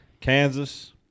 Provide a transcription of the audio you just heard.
Kansas